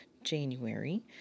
January